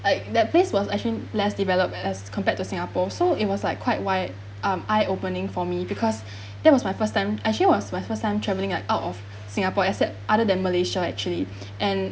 like that place was actually less developed as compared to singapore so it was like quite wide uh eye opening for me because that was my first time actually was my first time travelling like out of singapore except other than malaysia actually and